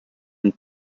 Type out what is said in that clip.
and